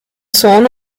sohn